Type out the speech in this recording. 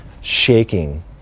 shaking